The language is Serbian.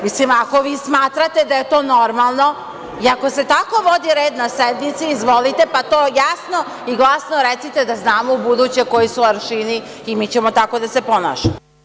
Mislim, ako vi smatrate da je to normalno i ako se tako vodi red na sednici, izvolite pa to jasno i glasno recite da znamo ubuduće koji su aršini i mi ćemo tako da se ponašamo.